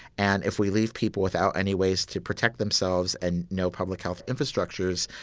and if we leave people without any ways to protect themselves and no public health infrastructures,